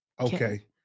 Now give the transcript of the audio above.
okay